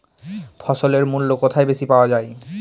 ফসলের মূল্য কোথায় বেশি পাওয়া যায়?